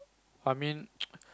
I mean